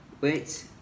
wait